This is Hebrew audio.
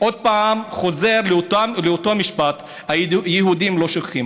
עוד פעם אני חוזר לאותו המשפט: היהודים לא שוכחים.